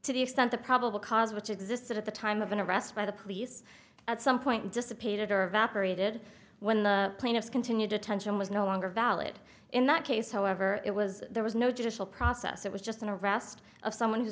to the extent the probable cause which existed at the time of an arrest by the police at some point dissipated or evaporated when the plaintiff's continued detention was no longer valid in that case however it was there was no judicial process it was just an arrest of someone who